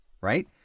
right